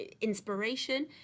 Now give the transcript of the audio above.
inspiration